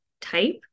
type